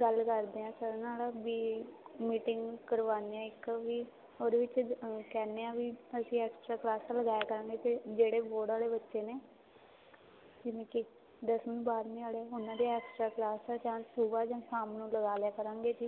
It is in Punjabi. ਗੱਲ ਕਰਦੇ ਹਾਂ ਸਰ ਨਾਲ ਵੀ ਮੀਟਿੰਗ ਕਰਵਾਉਂਦੇ ਹਾਂ ਇੱਕ ਵੀ ਉਹਦੇ ਵਿੱਚ ਅ ਕਹਿੰਦੇ ਹਾਂ ਵੀ ਅਸੀਂ ਐਕਸਟਰਾ ਕਲਾਸਾਂ ਲਗਾਇਆ ਕਰਾਂਗੇ ਅਤੇ ਜਿਹੜੇ ਬੋਰਡ ਵਾਲੇ ਬੱਚੇ ਨੇ ਜਿਵੇਂ ਕਿ ਦਸਵੀਂ ਬਾਰਵੀਂ ਵਾਲੇ ਉਹਨਾਂ ਦੇ ਐਕਸਟਰਾ ਕਲਾਸ ਦਾ ਚਾਂਸ ਸੁਬਾਹ ਜਾਂ ਸ਼ਾਮ ਨੂੰ ਲਗਾ ਲਿਆ ਕਰਾਂਗੇ ਜੀ